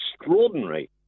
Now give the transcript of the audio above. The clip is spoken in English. extraordinary